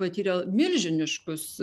patyrė patiria milžiniškus